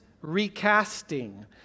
Recasting